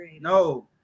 No